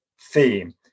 theme